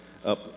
up